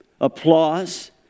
applause